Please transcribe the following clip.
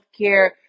healthcare